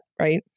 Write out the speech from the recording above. right